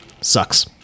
sucks